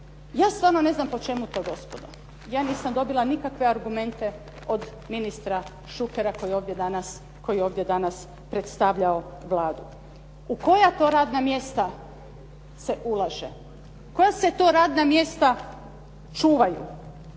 Na stvarno ne znam po čemu to gospodo. Ja nisam dobila nikakve argumente od ministra Šukera koji je ovdje danas predstavljao Vladu. U koja to radna mjesta se ulaže? Koja se to radna mjesta čuvaju?